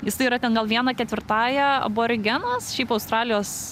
jisai yra ten gal viena ketvirtąja aborigenas šiaip australijos